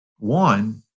One